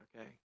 okay